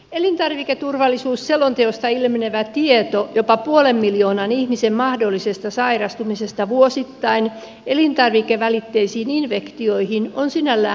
elintarviketurvallisuusselonteosta ilmenevä tieto jopa puolen miljoonan ihmisen mahdollisesta sairastumisesta vuosittain elintarvikevälitteisiin infektioihin on sinällään hätkähdyttävä